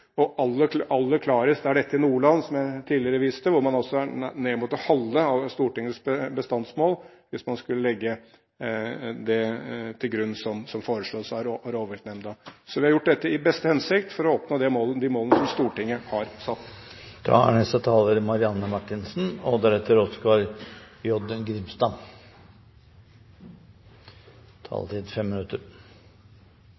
Aller klarest er dette i Nordland, som jeg tidligere viste til, hvor man er nede mot det halve av Stortingets bestandsmål hvis man skulle legge det til grunn som foreslås av rovviltnemnda. Så vi har gjort dette i beste hensikt for å oppnå de målene Stortinget har satt. Takk til interpellanten. Det er